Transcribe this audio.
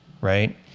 right